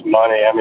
money